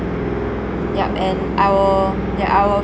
yup and I will I will